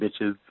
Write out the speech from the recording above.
bitches